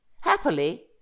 Happily